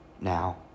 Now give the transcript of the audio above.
now